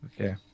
Okay